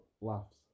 laughs